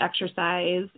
exercise